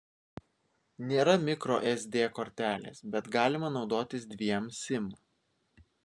nėra mikro sd kortelės bet galima naudotis dviem sim